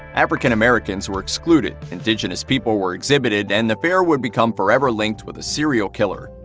african americans were excluded, indigenous people were exhibited, and the fair would become forever linked with a serial killer.